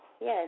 Yes